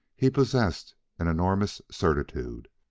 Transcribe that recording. he possessed an enormous certitude.